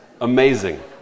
amazing